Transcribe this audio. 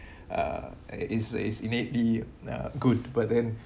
uh is is innately uh good but then